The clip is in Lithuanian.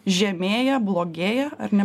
žemėja blogėja ar ne